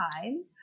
time